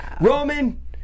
Roman